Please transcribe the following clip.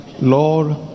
Lord